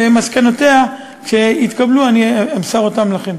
ומסקנותיה, כשיתקבלו, אני אמסור אותן לכם.